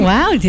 Wow